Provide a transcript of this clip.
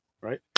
right